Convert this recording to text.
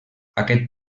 aquest